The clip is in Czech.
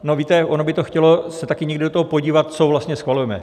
No, víte, ono by to chtělo se taky někdy do toho podívat, co vlastně schvalujeme.